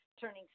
turning